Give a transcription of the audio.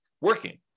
working